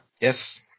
Yes